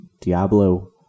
Diablo